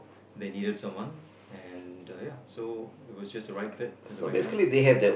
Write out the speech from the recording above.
they needed someone and ya so it was just the right fit at the right time